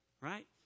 right